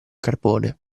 carbone